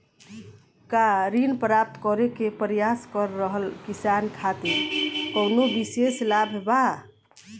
का ऋण प्राप्त करे के प्रयास कर रहल किसान खातिर कउनो विशेष लाभ बा?